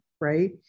Right